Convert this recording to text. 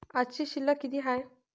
आजची शिल्लक किती हाय?